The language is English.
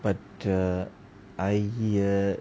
but uh I